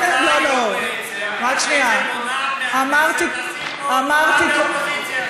את בעצם מונעת מהכנסת לשים פה נציג לאופוזיציה.